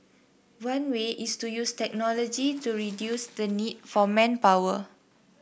one way is to use technology to reduce the need for manpower